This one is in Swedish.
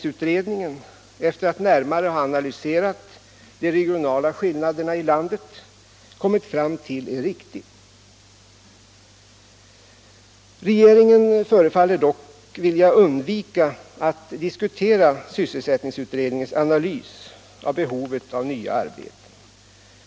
Efter att närmare ha analyserat de regionala skillnaderna i landet har sysselsättningsutredningen kommit fram till att denna slutsats är riktig. Regeringen förefaller dock vilja undvika att diskutera sysselsättningsutredningens analys av behovet av nya arbeten.